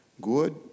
good